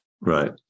right